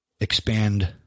expand